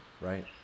Right